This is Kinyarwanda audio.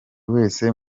wese